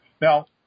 Now